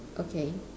okay